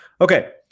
Okay